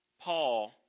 Paul